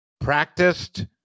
Practiced